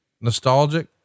nostalgic